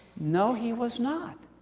no, he was not.